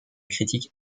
critique